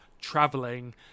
traveling